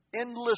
endless